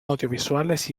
audiovisuales